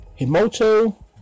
Himoto